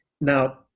Now